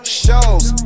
shows